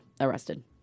arrested